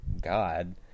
god